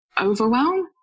overwhelm